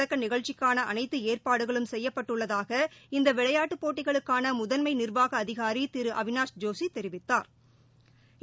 தொடக்க நிகழ்ச்சிக்கான அனைத்து ஏற்பாடுகளும் செய்யப்பட்டுள்ளதாக இந்த விளையாட்டு போட்டிகளுக்கான முதன்மை நிர்வாக அதிகாரி திரு அவினாஷ் ஜோஷி தெரிவித்தாா்